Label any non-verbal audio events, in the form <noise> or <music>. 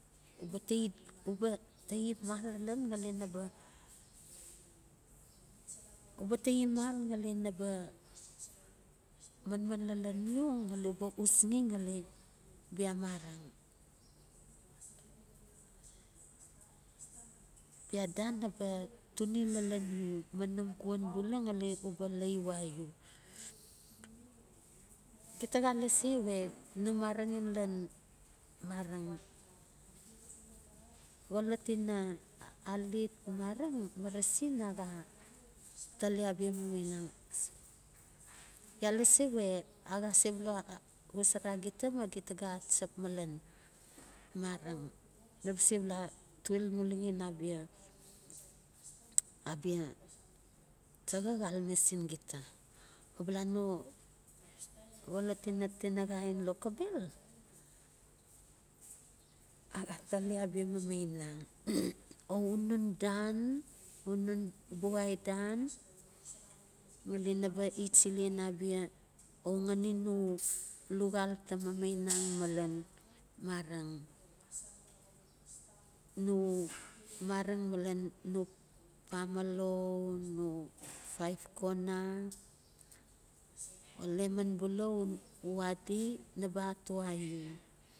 Uba tai uba tai mal lalan ngali naba uba tai mal ngali naba manman lalan u ngali uba usxi ngali bia mareng, bia dan naba turi lalan u ma num xuan bula ngali uba laiwa u. Aita xa lasi we no mareng in lan mareng xolot ina alet. Mareng marasin a xa tali abia mamainang. Ya lasi we axa sebula xosora gita ma gita xa chap malen marang na ba sebula tuel mulaxen abia abia chaxa xalame sin gita. Bala no xolot ina tinaxa in lokobel a xa tali abia mamaunang <noise> o u nun dan, u nun buxai dan ngali naba ichilen abia, o u ngani no luxal ta mamainang <noise> malen mareng no marang malan no pamalo, no paip kona, lemon bula u adi naba atoa u.